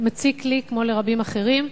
שמציק לי, כמו לרבים אחרים.